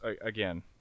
again